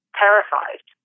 terrified